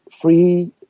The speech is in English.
free